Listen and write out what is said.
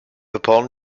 upon